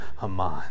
Haman